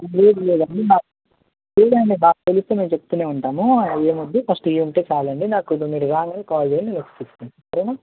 లేదు లేదండీ నాకు తెలియడండి నాకు తెలిస్తే మేము చెప్తూనే ఉంటాము ఏమొద్దు ఫస్ట్ ఇవి ఉంటే చాలు అండీ మాకు మీరు రాగానే కాల్ చేయండి మేము వచ్చి తీసుకుంటాను సరేనా